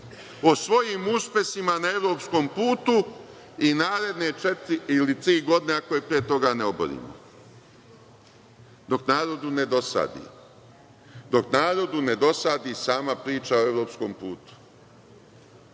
o svojim uspesima na evropskom putu i naredne četiri ili tri godine, ako je pre toga ne oborimo, dok narodu ne dosadi sama pričao o evropskom putu. Dajte